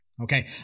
Okay